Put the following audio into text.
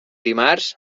dimarts